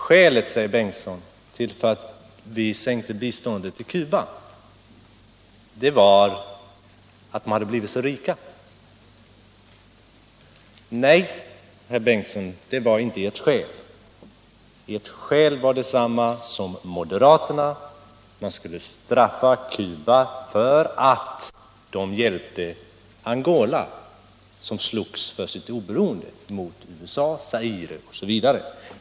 Skälet, säger herr Bengtson, till att vi sänkte biståndet till Cuba var att landet hade blivit så rikt. Nej, herr Bengtson, det var inte ert skäl. Ert skäl var detsamma som moderaternas. Man skulle straffa Cuba för att Cuba hjälpte Angola, som slogs för sitt oberoende mot USA, Zaire m.fl.